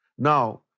Now